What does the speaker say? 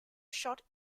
shot